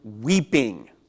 weeping